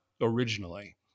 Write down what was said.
originally